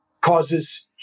causes